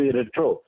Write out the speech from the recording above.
retro